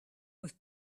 was